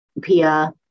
Pia